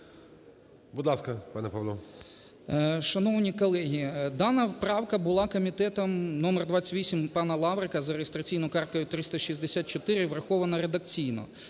Будь ласка, пане Павло.